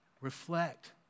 Reflect